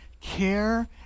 care